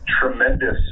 tremendous